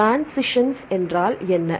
transitions என்றால் என்ன